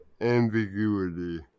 ambiguity